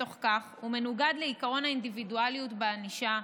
בתוך כך הוא מנוגד לעקרון האינדיבידואליות בענישה,